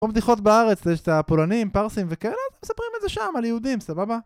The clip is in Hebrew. ובדיחות בארץ, יש את הפולנים, פרסים וכאלה, מספרים את זה שם על יהודים, סבבה?